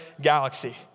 galaxy